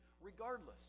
regardless